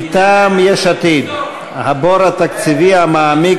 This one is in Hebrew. מטעם יש עתיד: הבור התקציבי המעמיק